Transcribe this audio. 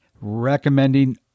Recommending